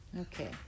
Okay